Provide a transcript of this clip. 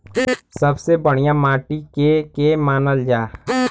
सबसे बढ़िया माटी के के मानल जा?